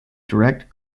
direct